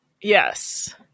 yes